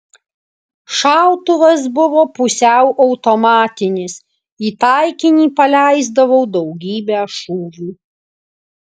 šautuvas buvo pusiau automatinis į taikinį paleisdavau daugybę šūvių